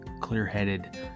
clear-headed